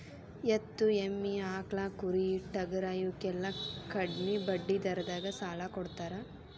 ಎತ್ತು, ಎಮ್ಮಿ, ಆಕ್ಳಾ, ಕುರಿ, ಟಗರಾ ಇವಕ್ಕೆಲ್ಲಾ ಕಡ್ಮಿ ಬಡ್ಡಿ ದರದಾಗ ಸಾಲಾ ಕೊಡತಾರ